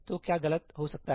तो क्या गलत हो सकता है